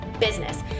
business